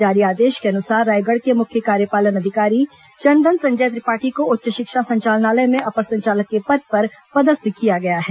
जारी आदेश के अनुसार रायगढ़ के मुख्य कार्यपालन अधिकारी चंदन संजय त्रिपाठी को उच्च शिक्षा संचालनालय में अपर संचालक के पद पर पदस्थ किया गया है